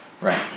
right